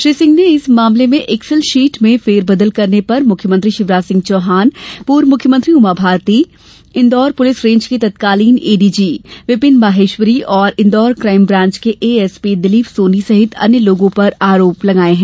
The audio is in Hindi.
श्री सिंह ने इस मामले में एक्सल शीट में फेर बदल करने पर मुख्यमंत्री शिवराज सिंह चौहान पूर्व मुख्यमंत्री उमा भारती इंदौर पुलिस रेंज के तत्कालीन एडीजी विपिन माहेश्वरी और इंदौर काइम ब्रांच के एएसपी दिलीप सोनी सहित अन्य लोगों पर आरोप लगाये है